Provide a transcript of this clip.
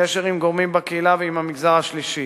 קשר עם גורמים בקהילה ועם המגזר השלישי,